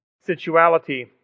sensuality